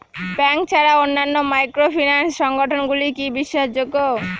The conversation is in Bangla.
ব্যাংক ছাড়া অন্যান্য মাইক্রোফিন্যান্স সংগঠন গুলি কি বিশ্বাসযোগ্য?